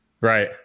right